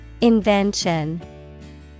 Invention